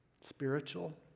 spiritual